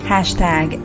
Hashtag